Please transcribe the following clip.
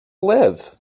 live